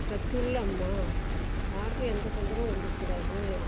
சக்தியுள்ள அம்மா யாருக்கும் எந்த தொந்தரவும் கொடுக்கக்கூடாது